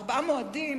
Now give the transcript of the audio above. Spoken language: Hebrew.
ארבעה מועדים,